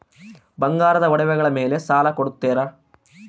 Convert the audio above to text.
ಬಂಗಾರದ ಒಡವೆಗಳ ಮೇಲೆ ಸಾಲ ಕೊಡುತ್ತೇರಾ?